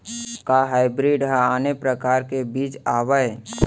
का हाइब्रिड हा आने परकार के बीज आवय?